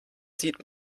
sieht